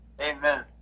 Amen